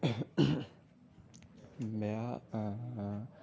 বেয়া